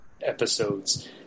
episodes